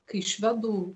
kai švedų